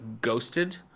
Ghosted